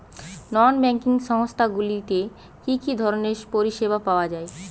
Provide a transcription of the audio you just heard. নন banking সংস্থা গুলিতে কি কি ধরনের পরিসেবা পাওয়া য়ায়?